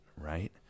right